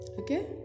okay